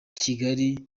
kigali